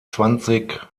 zwanzig